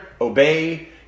obey